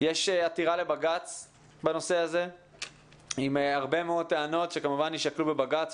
שיש עתירה לבג"ץ בנושא הזה עם הרבה מאוד טענות שכמובן יישקלו בבג"ץ,